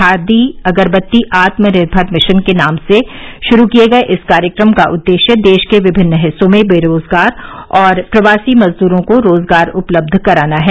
khadi Agarbatti Atmanirbhar mission के नाम से शुरू किए गए इस कार्यक्रम का उद्देश्य देश के विभिन्न हिस्सों में बेरोजगार और प्रवासी मजदूरों को रोजगार उपलब्ध कराना है